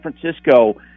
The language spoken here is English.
Francisco